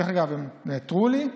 דרך אגב, הם נעתרו לי,